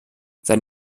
sein